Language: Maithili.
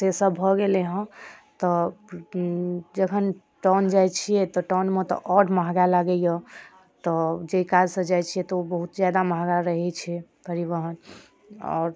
सेसब भऽ गेलै हँ तऽ जखन टाउन जाइ छिए तऽ टाउनमे तऽ आओर महगा लागैए तऽ जाहि काजसँ जाइ छिए तऽ ओ बहुत महगा रहै छै परिवहन आओर